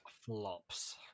Flops